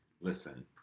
listen